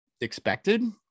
expected